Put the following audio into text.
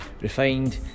refined